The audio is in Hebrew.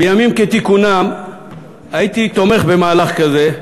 בימים כתיקונם הייתי תומך במהלך כזה,